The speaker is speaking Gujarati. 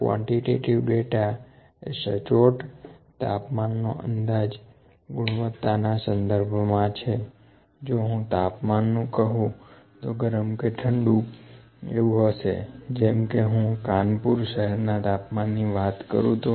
ક્વોન્ટીટેટીવ ડેટા એ સચોટ તાપમાન નો અંદાજ ગુણવત્તા ના સંદર્ભમાં છે જો હું તાપમાન નું કહું તો ગરમ કે ઠંડુ એવું હશે જેમ કે હું કાનપુર શહેર ના તાપમાનની વાત કરું તો